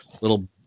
little